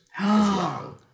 long